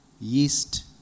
yeast